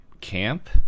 camp